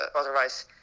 otherwise